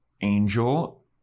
Angel